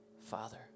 Father